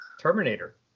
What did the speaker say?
terminator